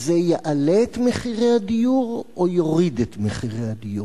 זה יעלה את מחירי הדיור או יוריד את מחירי הדיור?